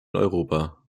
europa